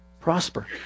Prosper